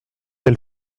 elle